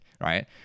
right